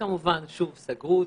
כמובן שוב סגרה אותנו.